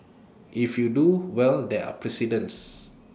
if you do well there are precedents